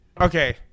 okay